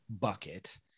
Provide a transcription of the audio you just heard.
bucket